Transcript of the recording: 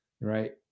right